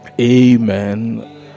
Amen